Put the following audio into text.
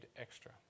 extra